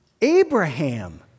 Abraham